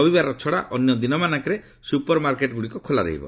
ରବିବାର ଛଡ଼ା ଅନ୍ୟ ଦିନମାନଙ୍କରେ ସୁପର ମାର୍କେଟ ଗୁଡ଼ିକ ଖୋଲା ରହିବ